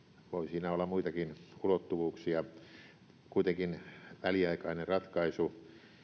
siinä olla muitakin ulottuvuuksia kuitenkin väliaikainen ratkaisu